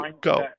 Go